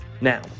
Now